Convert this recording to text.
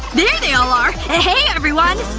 there they all are! hey everyone!